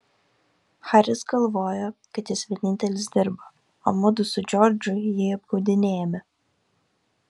haris galvojo kad jis vienintelis dirba o mudu su džordžu jį apgaudinėjame